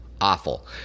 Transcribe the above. Awful